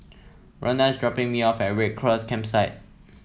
Rondal is dropping me off at Red Cross Campsite